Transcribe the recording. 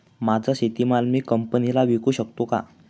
माझा शेतीमाल मी कंपनीला विकू शकतो का?